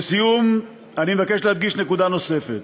לסיום, אני מבקש להדגיש נקודה נוספת: